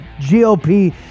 GOP